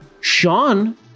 Sean